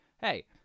hey